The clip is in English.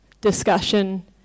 discussion